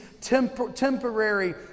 temporary